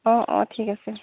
অঁ অঁ ঠিক আছে